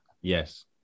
Yes